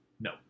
no